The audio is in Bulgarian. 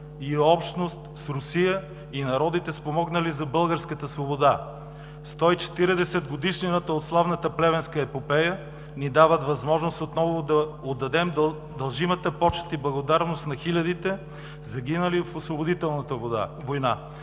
и общност с Русия и народите, спомогнали за българската свобода. 140-годишнината от славната Плевенска епопея ни дават възможност отново да отдадем дължимата почит и благодарност на хилядите загинали в освободителната война,